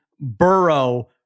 Burrow